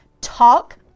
Talk